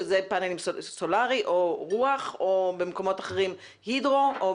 פאנלים סולרים או רוח או במקומות אחרים הידרו או